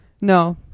No